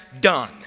done